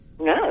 no